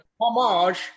homage